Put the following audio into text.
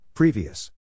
Previous